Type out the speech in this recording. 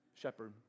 shepherd